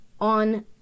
on